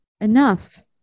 enough